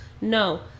no